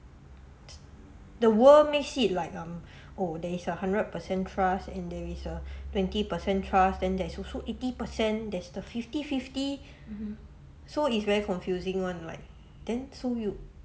the world makes it like um oh there is a hundred percent trust and there is a twenty percent trust then there's also eighty percent there's the fifty fifty so it's very confusing [one] like then so you